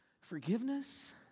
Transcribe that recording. Forgiveness